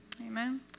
Amen